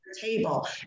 table